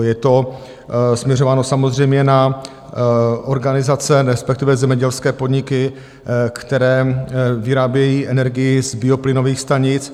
Je to směřováno samozřejmě na organizace, respektive zemědělské podniky, které vyrábějí energii z bioplynových stanic.